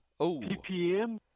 ppm